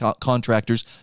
contractors